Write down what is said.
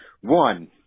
One